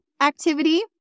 activity